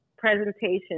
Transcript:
presentation